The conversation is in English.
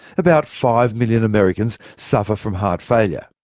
about five million americans suffer from heart failure.